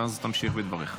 ואז תמשיך בדבריך.